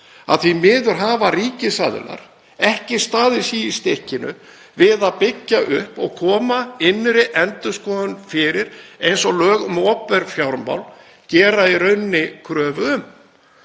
því miður hafa ríkisaðilar ekki staðið sig í stykkinu við að byggja upp og koma innri endurskoðun fyrir, eins og lög um opinber fjármál gera í raun kröfu um.